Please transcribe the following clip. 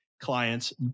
clients